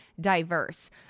diverse